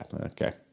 okay